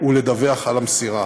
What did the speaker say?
ולדווח על המסירה.